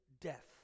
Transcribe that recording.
death